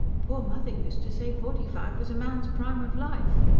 poor mother used to say forty-five was a man's prime of life.